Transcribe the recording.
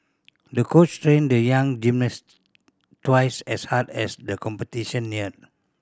the coach trained the young gymnast twice as hard as the competition neared